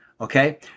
Okay